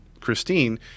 Christine